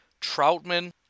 Troutman